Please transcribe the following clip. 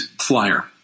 flyer